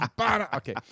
Okay